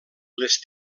les